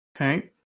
Okay